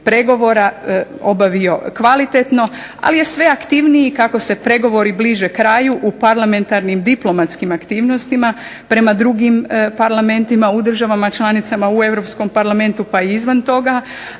pregovora obavio kvalitetno, ali je sve aktivniji kako se pregovori bliže kraju u parlamentarnim diplomatskim aktivnostima prema drugim parlamentima u državama članicama, u Europskom parlamentu, pa i izvan toga